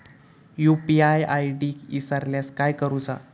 UPI ID इसरल्यास काय करुचा?